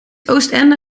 oostende